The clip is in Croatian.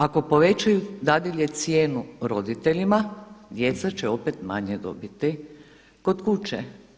Ako povećaju dadilje cijenu roditeljima, djeca će opet manje dobiti kod kuće.